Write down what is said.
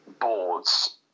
Boards